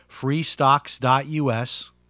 freestocks.us